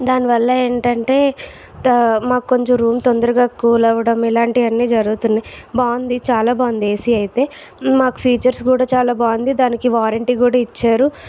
దాని వల్ల ఏంటంటే మాకు కొంచెం రూమ్ తొందరగా కూల్ అవ్వడం ఇలాంటివన్ని జరుగుతున్నాయి బాగుంది చాలా బాగుంది ఏసీ అయితే మాకు ఫీచర్స్ కూడా చాలా బాగుంది దానికి వారంటీ కూడా ఇచ్చారు